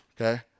Okay